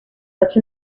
such